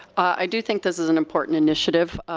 i do think this is an important initiative.